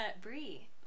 Brie